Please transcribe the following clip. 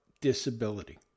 disability